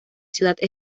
ciudad